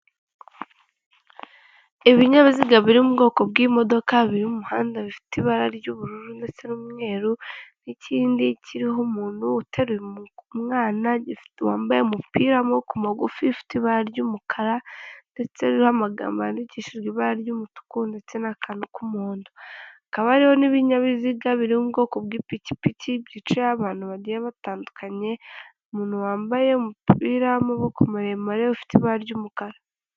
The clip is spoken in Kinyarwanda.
Ibinyabiziga biri mu bwoko bw'imodoka biri mu muhanda bifite ibara ry'ubururu ndetse n'umweru n'ikindi kiriho umuntu uteru umwana wambaye umupira ku magufi ifite ibara ry'umukara ndetse uriho amagammbo yandikishi ibara ry'umutuku ndetse n'akantu k'umuhondo kaba ariho n'ibinyabiziga biririmo ubwoko bw'ipikipiki byicayeho abantu batandukanye umuntu wambaye umupira w'amaboko maremare ufite ibara ry'umukara.